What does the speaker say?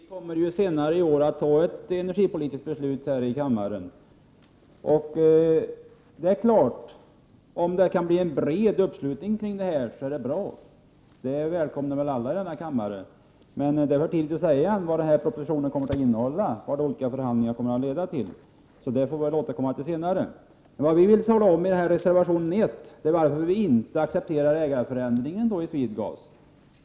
Herr talman! Riksdagen kommer senare i år att fatta ett energipolitiskt beslut. Det är klart att det är bra om det kan bli en bred uppslutning kring det. Det välkomnar väl alla. Men det är ännu för tidigt att säga vad förhandlingarna kommer att leda till och vad propositionen kommer att innehålla, så det får vi väl återkomma till. Vad vi vill tala om i reservation 1 är varför vi inte accepterar ägarförändringen i SwedeGas.